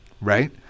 right